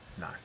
No